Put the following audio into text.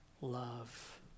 Love